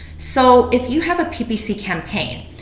so if you have a ppc campaign,